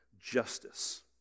justice